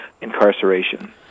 incarceration